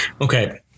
Okay